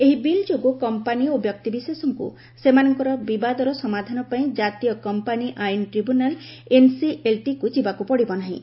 ଏହି ବିଲ୍ ଯୋଗୁଁ କମ୍ପାନି ଓ ବ୍ୟକ୍ତିବିଶେଷଙ୍କ ସେମାନଙ୍କର ବିବାଦର ସମାଧାନ ପାଇଁ କାତୀୟ କମ୍ପାନି ଆଇନ ଟିବ୍ୟୁନାଲ୍ ଏନ୍ସିଏଲ୍ଟିକୁ ଯିବାକୁ ପଡ଼ିବ ନାହିଁ